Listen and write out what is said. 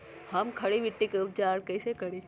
हम खड़ी मिट्टी के उपचार कईसे करी?